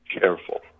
careful